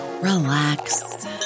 relax